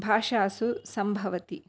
भाषासु सम्भवति